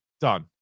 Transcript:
Done